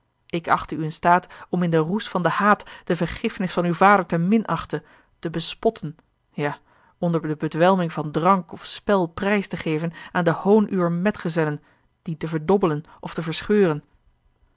ik achtte u in staat om in den roes van den haat de vergiffenis van uw vader te minachten te bespotten ja onder de bedwelming van drank of spel prijs te geven aan den hoon uwer metgezellen dien te verdobbelen of te verscheuren